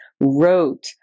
wrote